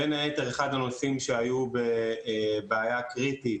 בין היתר אחד הנושאים שהיו בבעיה קריטית